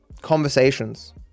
Conversations